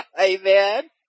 Amen